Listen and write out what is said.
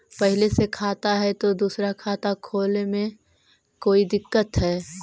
पहले से खाता है तो दूसरा खाता खोले में कोई दिक्कत है?